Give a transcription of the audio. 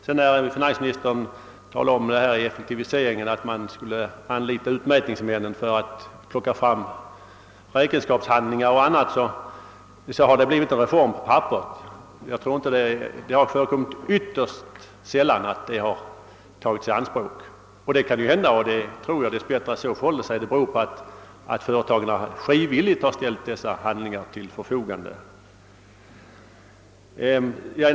Vad beträffar finansministerns uttalande om större effektivisering genom anlitande av utmätningsmännen för att plocka fram räkenskapshandlingar och annat vill jag nämna att det har blivit en reform på papperet. Jag tror att det tillvägagångssättet använts ytterst sällan. Dess bättre beror detta på att företagen frivilligt ställt handlingar till förfogande.